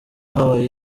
habaye